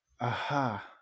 Aha